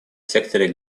секторе